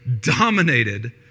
dominated